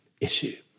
issue